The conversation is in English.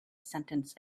sentence